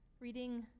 Reading